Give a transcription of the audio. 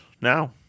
now